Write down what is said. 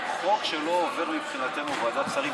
חוק שלא עובר מבחינתנו ועדת שרים,